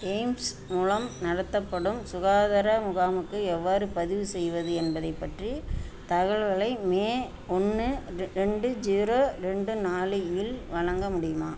AIIMS மூலம் நடத்தப்படும் சுகாதார முகாமுக்கு எவ்வாறு பதிவு செய்வது என்பதை பற்றி தகவல்களை மே ஒன்று ரெ ரெண்டு ஜீரோ ரெண்டு நாலு இல் வழங்க முடியுமா